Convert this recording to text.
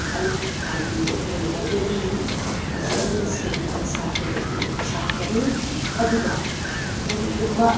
ꯑꯩꯒꯤ ꯄꯥꯡꯕꯤꯕ ꯑꯣꯏꯔꯒꯗꯤ ꯐꯖꯅ ꯁꯦꯝꯕꯤꯕ ꯁꯥꯒꯅꯤ ꯑꯗꯨꯒ ꯀꯔꯤꯒꯨꯝꯕ